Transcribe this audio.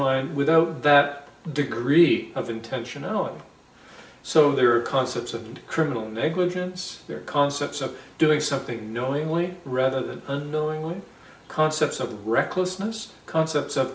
d without that degree of intentional so there are concepts of criminal negligence there concepts of doing something knowingly rather than unknowingly concepts of recklessness concepts of